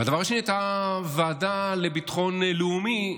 והדבר השני היה בוועדה לביטחון לאומי,